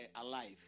alive